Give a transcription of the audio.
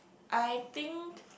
I think